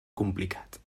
complicat